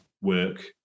work